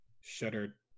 shuddered